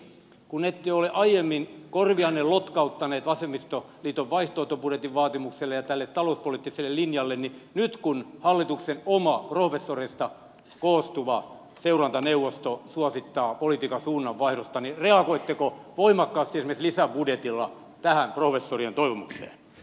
kun ette ole aiemmin korvaanne lotkauttaneet vasemmistoliiton vaihtoehtobudjetin vaatimukselle ja tälle talouspoliittiselle linjalle niin nyt kun hallituksen oma professoreista koostuva seurantaneuvosto suosittaa politiikan suunnan vaihdosta niin reagoitteko voimakkaasti esimerkiksi lisäbudjetilla tähän professorien toivomukseen